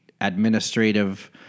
administrative